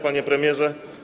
Panie Premierze!